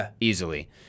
easily